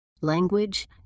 Language